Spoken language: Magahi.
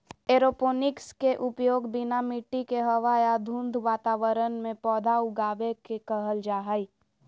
एरोपोनिक्स के उपयोग बिना मिट्टी के हवा या धुंध वातावरण में पौधा उगाबे के कहल जा हइ